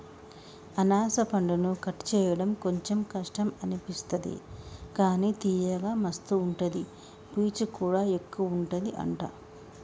అనాస పండును కట్ చేయడం కొంచెం కష్టం అనిపిస్తది కానీ తియ్యగా మస్తు ఉంటది పీచు కూడా ఎక్కువుంటది అంట